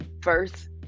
First